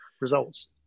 results